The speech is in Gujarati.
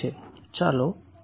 ચાલો k0 r જોઈએ